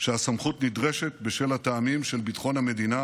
שהסמכות נדרשת בשל הטעמים של ביטחון המדינה,